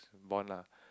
born lah